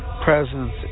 presence